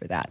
for that